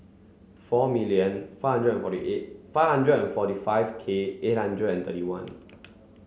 four million five hundred and forty eight five hundred and forty five K eight hundred and thirty one